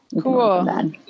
cool